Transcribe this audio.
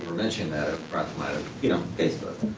mentioned that, it brought to mind you know facebook.